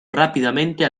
rápidamente